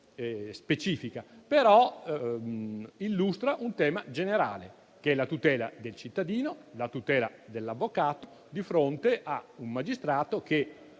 specifica, ma che illustra un tema generale, cioè la tutela del cittadino, la tutela dell'avvocato di fronte a un magistrato che,